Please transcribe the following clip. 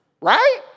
Right